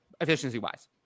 efficiency-wise